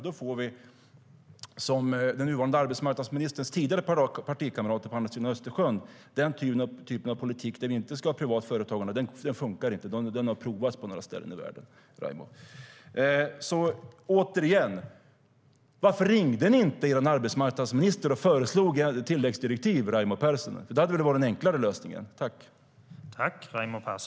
Då får vi den typen av politik som nuvarande arbetsmarknadsministerns tidigare partikamrater på andra sidan Östersjön hade, nämligen en politik utan privat företagande, och den funkar inte. Den har prövats på några ställen i världen.